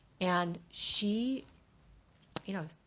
and she you know,